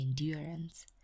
endurance